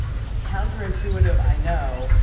it's counterintuitive, i know,